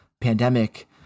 pandemic